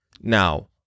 Now